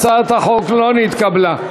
הצעת החוק לא נתקבלה.